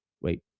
Wait